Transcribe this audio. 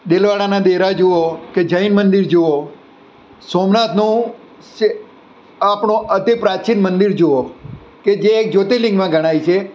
દેલવાડાના ડેરા જુઓ કે જૈન મંદિર જુઓ સોમનાથનું આપણું અતિ પ્રાચીન મંદિર જુઓ કે જે એક જ્યોતિર્લિંગમાં ગણાય છે